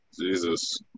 Jesus